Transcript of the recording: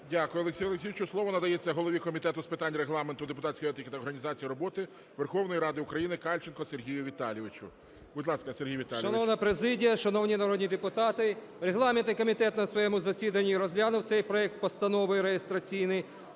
Дякую, Олексію Олексійовичу. Слово надається голові Комітету з питань Регламенту, депутатської етики та організації роботи Верховної Ради України Кальченку Сергію Віталійовичу. Будь ласка, Сергію Віталійовичу. 11:53:52 КАЛЬЧЕНКО С.В. Шановна президія, шановні народні депутати, регламентний комітет на своєму засіданні розглянув цей проект постанови (реєстраційний